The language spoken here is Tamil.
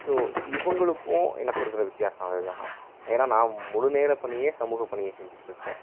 ஸோ இவங்களுக்கும் எனக்கும் இருக்கிற வித்யாசம் அதுதான் ஏனால் நான் முழு நேர பணியே சமூகப்பணியை செஞ்சுகிட்டிருக்குறேன்